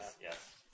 yes